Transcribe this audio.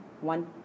One